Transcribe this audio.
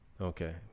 Okay